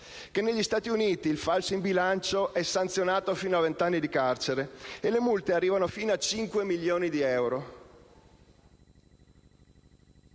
che negli Stati Uniti il falso in bilancio è sanzionato fino a venti anni di carcere e le multe arrivano fino a 5 milioni di euro.